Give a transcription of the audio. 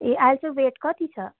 ए अहिले चाहिँ वेट कति छ